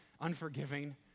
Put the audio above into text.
unforgiving